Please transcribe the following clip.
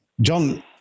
John